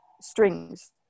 strings